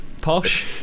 Posh